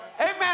Amen